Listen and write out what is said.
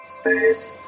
Space